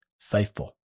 faithful